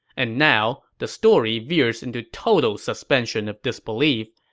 and now, the story veers into total suspension of disbelief.